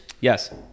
Yes